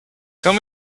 tell